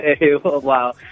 Wow